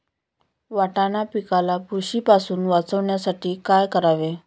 वाटाणा पिकाला बुरशीपासून वाचवण्यासाठी काय करावे?